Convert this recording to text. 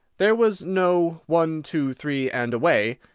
there was no one, two, three, and away,